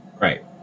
right